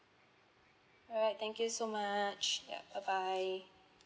all right thank you so much ya bye bye